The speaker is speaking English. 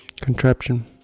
contraption